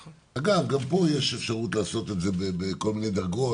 אגב, גם פה יש אפשרות לעשות את זה בכל מיני דרגות.